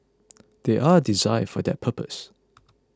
they are designed for that purpose